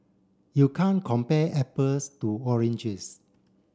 you can't compare apples to oranges